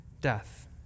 death